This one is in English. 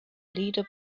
leader